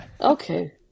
Okay